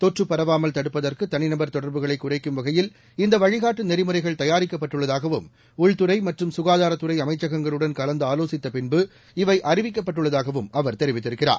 தொற்று பரவாமல் தடுப்பதற்கு தனிநபர் தொடர்புகளை குறைக்கும் வகையில் இந்த வழிகாட்டு நெறிமுறைகள் தயாரிக்கப்பட்டுள்ளதாகவும்இ உள்துறை மற்றும் சுகாதாரத் துறை அமைச்சகங்களுடன் கலந்து ஆலோசித்த பின்பு அறிவிக்கப்பட்டுள்ளதாகவும் அவர் இவை தெரிவித்திருக்கிறார்